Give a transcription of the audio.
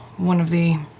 one of the